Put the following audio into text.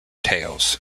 tails